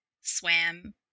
swam